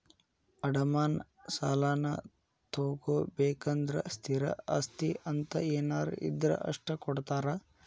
ಅಡಮಾನ ಸಾಲಾನಾ ತೊಗೋಬೇಕಂದ್ರ ಸ್ಥಿರ ಆಸ್ತಿ ಅಂತ ಏನಾರ ಇದ್ರ ಅಷ್ಟ ಕೊಡ್ತಾರಾ